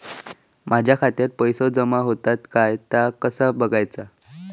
माझ्या खात्यात पैसो जमा होतत काय ता कसा बगायचा?